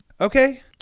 Okay